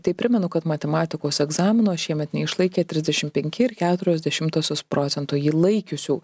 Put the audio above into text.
tai primenu kad matematikos egzamino šiemet neišlaikė trisdešim penki ir keturios dešimtosios procento jį laikiusių